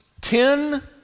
Ten